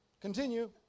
continue